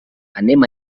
anem